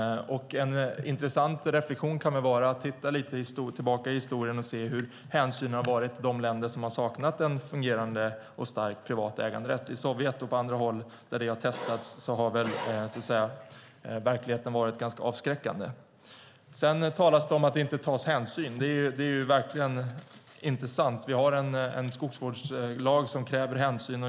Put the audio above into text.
En intressant reflexion kan man göra om man tittar på historien och ser hur det har sett ut med hänsynen i de länder som har saknat en fungerande och stark privat äganderätt. I Sovjet och på andra håll där det har testats har väl verkligheten varit ganska avskräckande. Det talas om att det inte tas hänsyn. Det är inte sant. Vår skogsvårdslag kräver hänsyn.